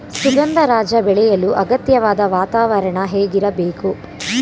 ಸುಗಂಧರಾಜ ಬೆಳೆಯಲು ಅಗತ್ಯವಾದ ವಾತಾವರಣ ಹೇಗಿರಬೇಕು?